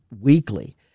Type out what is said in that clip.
weekly